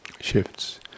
shifts